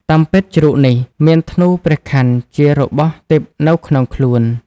តាមពិតជ្រូកនេះ មានធ្នួព្រះខ័នជារបស់ទិព្វនៅ ក្នុងខ្លួន